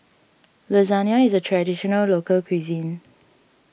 Lasagna is a Traditional Local Cuisine